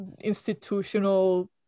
institutional